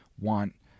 want